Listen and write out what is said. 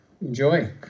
enjoy